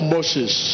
Moses